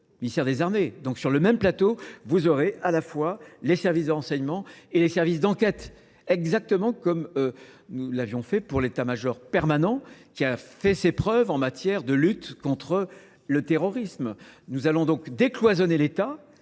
ministère des Arnées. Donc sur le même plateau, vous aurez à la fois les services de renseignement et les services d'enquête, exactement comme nous l'avions fait pour l'État-major permanent, qui a fait ses preuves en matière de lutte contre le terrorisme. Nous allons donc décloisonner l'État,